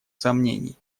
сомнений